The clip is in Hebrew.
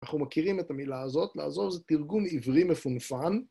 אנחנו מכירים את המילה הזאת, לעזוב, זה תרגום עברי מפונפן.